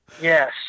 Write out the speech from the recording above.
Yes